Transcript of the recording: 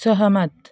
सहमत